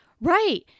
Right